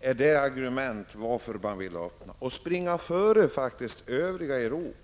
är argumentet för att öppna privata arbetsförmedlingar och faktiskt springa före övriga Europa?